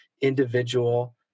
individual